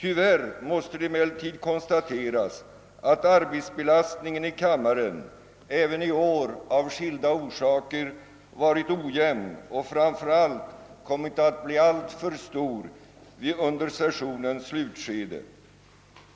Tyvärr måste det emellertid konstateras, att arbetsbelastningen i kammaren även i år av skilda orsaker varit ojämn och framför allt kommit att bli alltför stor under sessionens slutskede.